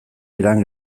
edan